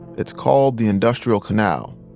it's called the industrial canal.